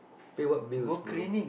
pay what bills bro